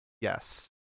yes